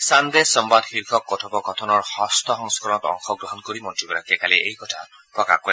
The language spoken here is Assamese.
চানদে সংম্বাদ শীৰ্ষক কথোপকথনৰ ষষ্ঠ সংস্কৰণত অংশ গ্ৰহণ কৰি মন্ত্ৰীগৰাকীয়ে কালি এই কথা প্ৰকাশ কৰে